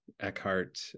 Eckhart